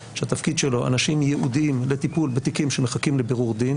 דין) שהתפקיד שלו אנשים ייעודים לטיפול בתיקים שמחכים לבירור דין